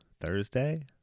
Thursday